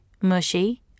Mushy